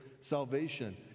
salvation